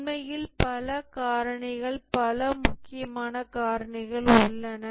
உண்மையில் பல காரணிகள் பல முக்கியமான காரணிகள் உள்ளன